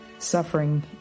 Suffering